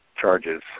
charges